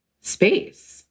space